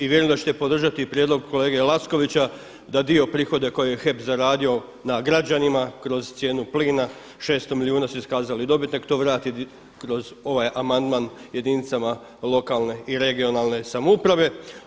I vjerujem da ćete podržati i prijedlog kolege Lackovića da dio prihoda koje je HEP zaradio na građanima kroz cijenu plina 600 milijuna su iskazali dobit neka to vratiti kroz ovaj amandman jedinicama lokalne i regionalne samouprave.